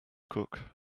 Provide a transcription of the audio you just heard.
cook